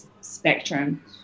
spectrum